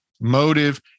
motive